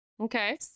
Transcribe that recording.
Okay